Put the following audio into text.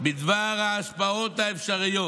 בדבר ההשפעות האפשריות,